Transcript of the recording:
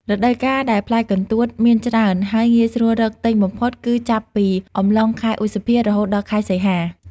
រដូវកាលដែលផ្លែកន្ទួតមានច្រើន ហើយងាយស្រួលរកទិញបំផុត គឺចាប់ពីអំឡុង ខែឧសភា រហូតដល់ខែសីហា។